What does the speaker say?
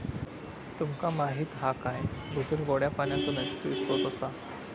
तुमका माहीत हा काय भूजल गोड्या पानाचो नैसर्गिक स्त्रोत असा